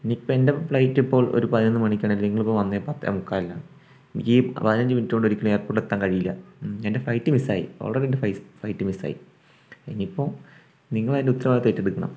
എനിയിപ്പം എൻ്റെ ഫ്ലൈറ്റ് ഇപ്പോൾ ഒരു പതിനൊന്ന് മണിക്കാണ് നിങ്ങളിപ്പോൾ വന്നത് പത്തേ മുക്കാലിനാണ് എനിക്ക് ഈ പതിനഞ്ച് മിനിറ്റുകൊണ്ട് ഒരിക്കലും എയർപോർട്ടിൽ എത്താൻ കഴിയില്ല എൻ്റെ ഫ്ലൈറ്റ് മിസ്സ് ആയി ആൾറെഡി എൻ്റെ ഫ്ലൈറ്റ് മിസ്സ് ആയി എനിയിപ്പം നിങ്ങൾ അതിൻ്റെ ഉത്തരവാദിത്വം ഏറ്റെടുക്കണം